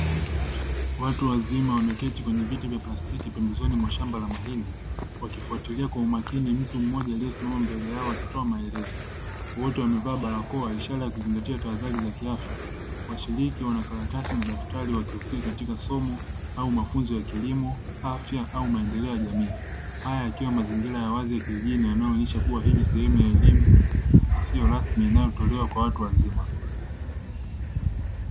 Watu wazima wameketi kwenye viti vya plastiki pembezoni mwa shamba la mahindi wakifuatilia kwa umakini mtu mmoja aliye simama mbele yao akitoa maelezo, wote wamevaa barakoa ishara ya kuzingatia tahadhari za kiafya, washiriki wanakaratasi na daftari wakiusia katika somo au mafunzo ya kilimo, afya au maendeleo ya jamii. Haya yakiwa mazingira ya wazi ya kijijini yanayo onyesha kuwa hii ni sehemu ya elimu isiyo rasmi inayotolewa kwa watu wazima.